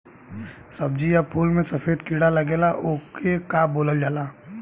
सब्ज़ी या फुल में सफेद कीड़ा लगेला ओके का बोलल जाला?